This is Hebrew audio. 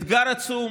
אתגר עצום